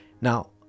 Now